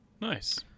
nice